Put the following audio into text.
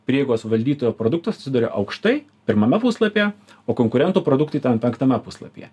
prieigos valdytojo produktas atsiduria aukštai pirmame puslapyje o konkurento produktai ten penktame puslapyje